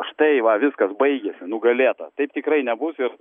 štai va viskas baigėsi nugalėta taip tikrai nebus ir